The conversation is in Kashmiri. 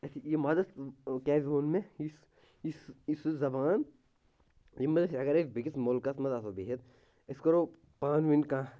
اَسہِ یہِ مَدَد کیٛازِ ووٚن مےٚ یُس یُس یہِ سُہ زَبان ییٚمہِ منٛز اَگر أسۍ بیٚیِس مُلکَس منٛز آسو بِہِتھ أسۍ کَرو پانہٕ ؤنۍ کانٛہہ